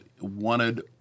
wanted